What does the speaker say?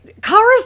Cars